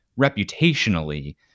reputationally